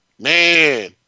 man